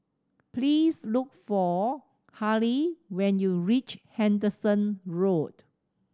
please look for Halle when you reach Henderson Road